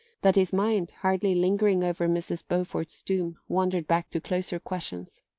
that his mind, hardly lingering over mrs. beaufort's doom, wandered back to closer questions.